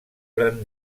gran